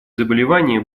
заболевания